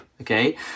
okay